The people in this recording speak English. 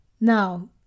Now